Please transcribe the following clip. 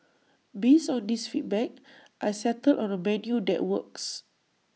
based on these feedback I settled on A menu that works